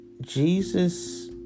Jesus